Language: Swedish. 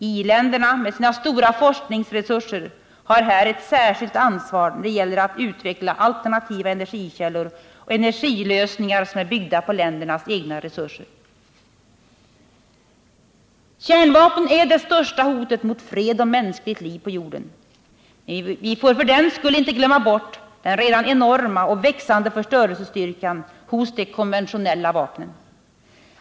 I-länderna med sina stora forskningsresurser har här ett särskilt ansvar när det gäller att utveckla alternativa energikällor och energilösningar som är byggda på ländernas egna resurser. Kärnvapen är det största hotet mot fred och mänskligt liv på jorden, men vi får för den skull inte glömma bort den redan enorma och växande förstörelsestyrkan hos de konventionella vapnen.